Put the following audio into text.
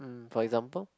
mm for example